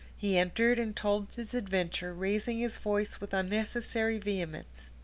he entered and told his adventure, raising his voice with unnecessary vehemence.